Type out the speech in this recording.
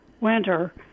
winter